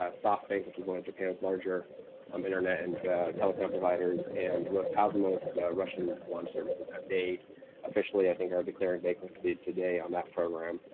ah softbank, which is one of japan's larger um internet and telecom providers, and roscosmos, the russian launch services. and they officially, i think, are declaring bankruptcy today on that program.